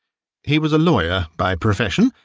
he was a lawyer by profession,